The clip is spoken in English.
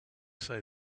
say